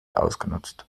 ausgenutzt